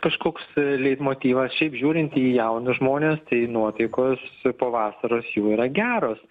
kažkoks leitmotyvas šiaip žiūrint į jaunus žmones tai nuotaikos po vasaros jų yra geros